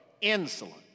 insolent